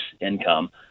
income